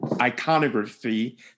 iconography